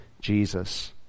Jesus